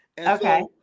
Okay